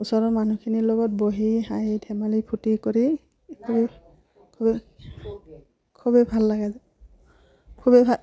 ওচৰৰ মানুহখিনিৰ লগত বহি হাঁহি ধেমালি ফূৰ্তি কৰি খুব খুবেই খুবেই ভাল লাগে যে খুবেই ভাল